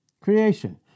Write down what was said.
Creation